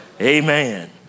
amen